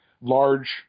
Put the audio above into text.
large